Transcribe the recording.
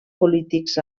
polítics